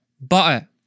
butter